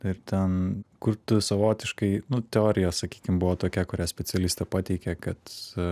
ir ten kur tu savotiškai nu teorija sakykim buvo tokia kurią specialistė pateikė kad